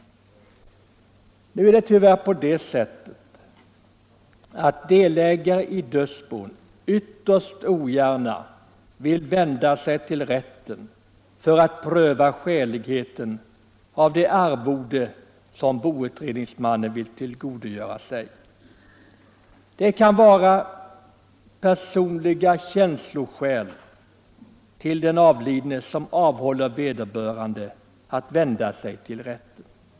Nu är det tyvärr så att delägare i dödsbon ytterst ogärna vänder sig till rätten för att den skall pröva skäligheten av det arvode som boutredningsmannen vill tillgodogöra sig. Det kan vara personliga känsloskäl med hänsyn till den avlidne som avhåller vederbörande från att vända sig till rätten.